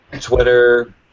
Twitter